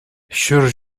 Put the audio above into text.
ҫур